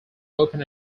open